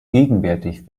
gegenwärtig